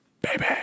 Baby